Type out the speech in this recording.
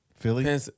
Philly